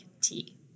tea